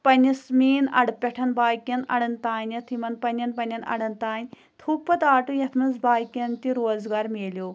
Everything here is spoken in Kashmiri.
پنٛنِس مین اَڈٕ پٮ۪ٹھ باقین اَڈَن تانٮ۪تھ یِمن پنٛنٮ۪ن پنٛنٮ۪ن اَڈَن تام تھووُکھ پتہٕ آٹوٗ یَتھ منٛز باقیَن تہِ روزگار مِلیو